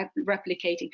replicating